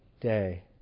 day